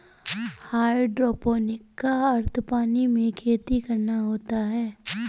hydroponic का अर्थ पानी में खेती करना होता है